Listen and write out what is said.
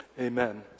amen